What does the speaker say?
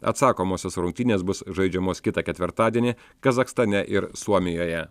atsakomosios rungtynės bus žaidžiamos kitą ketvirtadienį kazachstane ir suomijoje